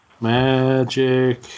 Magic